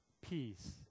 peace